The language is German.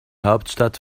hauptstadt